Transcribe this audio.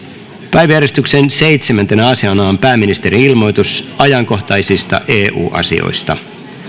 päiväjärjestyksen seitsemäntenä asiana on pääministerin ilmoitus ajankohtaisista eu asioista